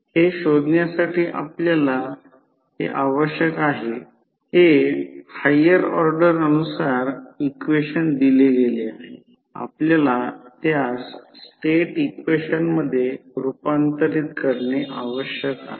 हे शोधण्यासाठी आपल्याला हे आवश्यक आहे हे हायर ऑर्डर नुसार इक्वेशन दिले गेले आहे आपल्याला त्यास स्टेट इक्वेशन मध्ये रूपांतरित करणे आवश्यक आहे